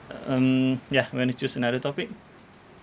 uh um yeah you want to choose another topic